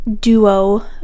duo